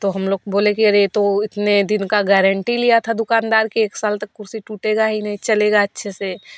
तो हम लोग बोले तो अरे ये तो इतने दिन का गारंटी लिया था दुकानदार की एक साल तक कुर्सी टूटेगा ही नही चलेगा अच्छे से